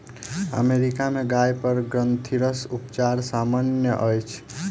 America में गाय पर ग्रंथिरस उपचार सामन्य अछि